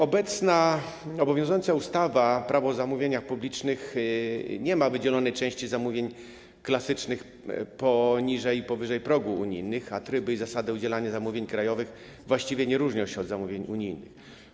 Obecnie obowiązująca ustawa Prawo zamówień publicznych nie ma wydzielonej części zamówień klasycznych poniżej i powyżej progów unijnych, a tryby i zasady udzielania zamówień krajowych właściwie nie różnią się od tych odnoszących się do zamówień unijnych.